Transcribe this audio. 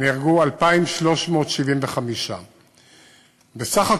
נהרגו 2,375. בסך הכול,